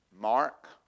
Mark